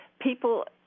people